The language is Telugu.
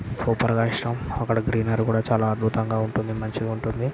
సూపర్గా ఇష్టం అక్కడ గ్రీనరీ కూడా చాలా అద్భుతంగా ఉంటుంది మంచిగా ఉంటుంది